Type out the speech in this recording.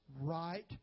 right